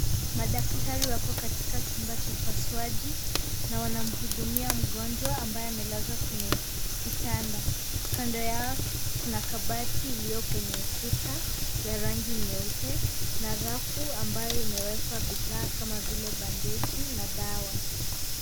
Madaktari wako katika chumba cha upasuaji na wanamhudumia mgonjwa ambaye amelazwa kwenye kitanda . Kando yao kuna kabati iliyo kwenye ukuta ya rangi nyeupe na rafu ambayo imewekwa bidhaa kama vile bandeji na dawa.